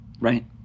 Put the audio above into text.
Right